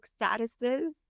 statuses